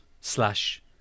slash